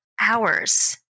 hours